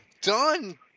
done